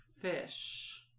fish